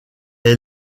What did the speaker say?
est